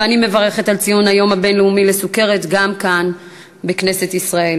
ואני מברכת על ציון היום הבין-לאומי לסוכרת גם כאן בכנסת ישראל.